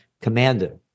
commander